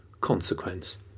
consequence